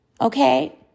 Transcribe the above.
Okay